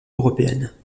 européenne